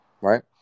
right